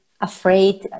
afraid